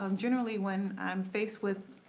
um generally when i'm faced with